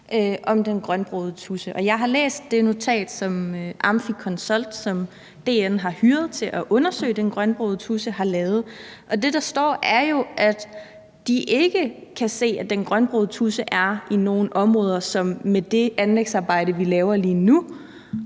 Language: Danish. om den grønbrogede tudse. Jeg har læst det notat, som Amphi Consult, som DN har hyret til at undersøge den grønbrogede tudse, har lavet. Det, der står, er jo, at de ikke kan se, at den grønbrogede tudse er i nogle områder, hvor det anlægsarbejde, vi laver lige nu,